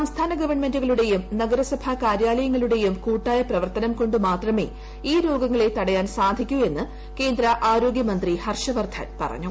സംസ്ഥാന നഗരസഭാ കാര്യാലയങ്ങളുടേയും കൂട്ടായ പ്രവർത്തനം കൊണ്ടുമാത്രമേ ഈ രോഗങ്ങളെ തടയാൻ സാധിക്കൂ എന്ന് കേന്ദ്ര ആരോഗ്യമന്ത്രി ഹർഷവർദ്ധൻ പറഞ്ഞു